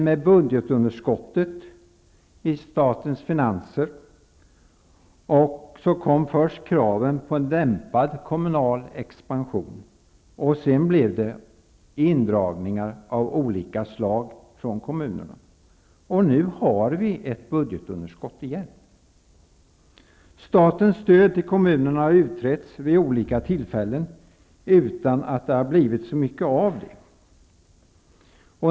Med budgetunderskottet i statens finanser kom kravet på en dämpad kommunal expansion. Sedan skedde indragningar av olika slag från kommunerna. Nu har vi ett budgetunderskott igen. Statens stöd till kommunerna har utretts vid olika tillfällen utan att det har blivit så mycket av det.